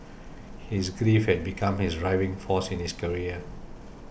his grief had become his driving force in his career